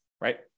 right